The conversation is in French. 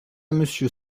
monsieur